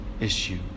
issue